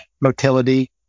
motility